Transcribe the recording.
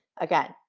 again